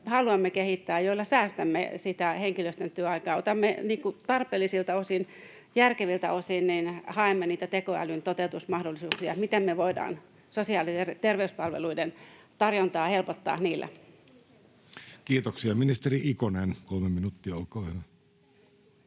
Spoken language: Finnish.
haluamme kehittää, joilla säästämme sitä henkilöstön työaikaa. Tarpeellisilta osin, järkeviltä osin haemme niitä tekoälyn toteutusmahdollisuuksia, miten me voidaan sosiaali‑ ja terveyspalveluiden tarjontaa helpottaa niillä. Kiitoksia. — Ministeri Ikonen, kolme minuuttia, olkaa hyvä.